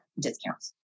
discounts